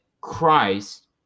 Christ